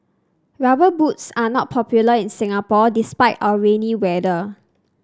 rubber boots are not popular in Singapore despite our rainy weather